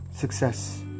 Success